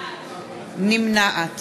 נמנעת